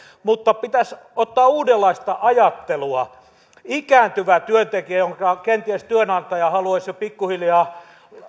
mutta pitäisi ottaa uudenlaista ajattelua ikääntyvä työntekijä jonka kenties työnantaja haluaisi jo pikkuhiljaa